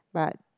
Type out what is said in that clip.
but